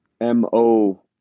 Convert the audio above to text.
MO